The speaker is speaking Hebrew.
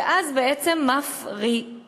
ואז בעצם מפריטים.